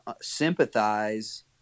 sympathize